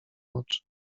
oczy